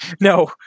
No